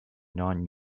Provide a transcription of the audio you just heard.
non